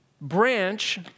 branch